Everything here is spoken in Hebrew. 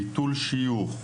ביטול שיוך,